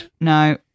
No